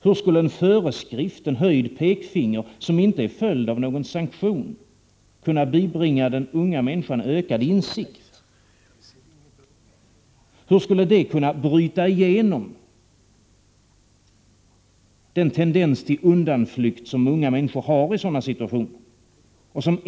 Hur skulle en föreskrift, ett höjt pekfinger, som inte är följt av någon sanktion kunna bibringa den unga människan ökad insikt och bryta igenom den tendens till undanflykter som unga människor har i sådana situationer?